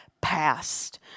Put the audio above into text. past